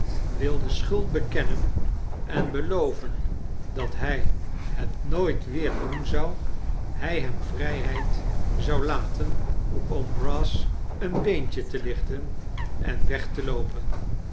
wilde schuld bekennen en beloven dat hij het nooit weer doen zou hij hem vrijheid zou laten om brass een beentje te lichten en weg te loopen